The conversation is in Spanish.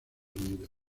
unidos